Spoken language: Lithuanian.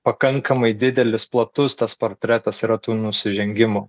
pakankamai didelis platus tas portretas yra tų nusižengimų